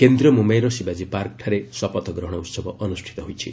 କେନ୍ଦ୍ରୀୟ ମୁମ୍ୟାଇର ଶିବାଜୀ ପାର୍କଠାରେ ଶପଥଗ୍ରହଣ ଉତ୍ସବ ଅନୁଷ୍ଠିତ ହୋଇଛି